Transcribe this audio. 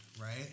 right